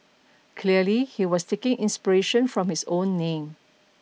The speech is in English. clearly he was taking inspiration from his own name